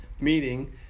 meeting